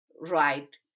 right